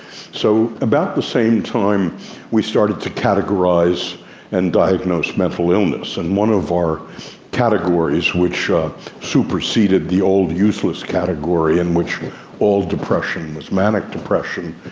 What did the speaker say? so about the same time we started to categorise and diagnose mental illness, and one of our categories, which superseded the old useless category in which all depression was manic depression,